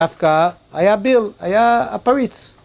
אבקה, היה ביל, היה הפריץ